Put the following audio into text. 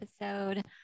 episode